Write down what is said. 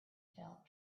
felt